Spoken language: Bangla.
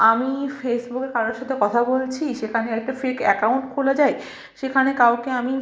আমি ফেসবুকের কারোর সাথে কথা বলছি সেখানে আর একটা ফেক অ্যাকাউন্ট খোলা যায় সেখানে কাউকে আমি